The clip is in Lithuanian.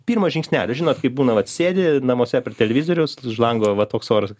pirmas žingsnelis žinot kaip būna vat sėdi namuose prie televizoriaus už lango va toks oras